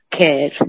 care